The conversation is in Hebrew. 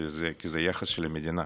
כי זה היחס של המדינה.